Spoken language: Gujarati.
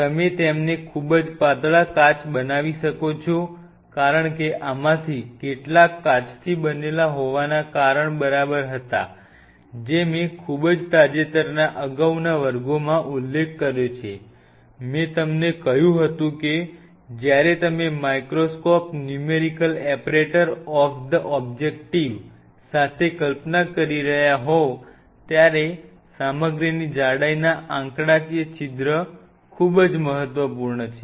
તમે તેમને ખૂબ જ પાતળા કાચ બનાવી શકો છો કારણ કે આમાંથી કેટલાક કાચથી બનેલા હોવાના કારણ બરાબર હતા જે મેં ખૂબ જ તાજેતરના અગાઉના વર્ગોમાં ઉલ્લેખ કર્યો છે મેં તમને કહ્યું હતું કે જ્યારે તમે microscope numerical aperture of the objective સાથે કલ્પના કરી રહ્યા હો ત્યારે સામગ્રીની જાડાઈના આંકડાકીય છિદ્ર ખૂબ જ મહત્વપૂર્ણ છે